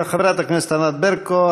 חברת הכנסת ענת ברקו.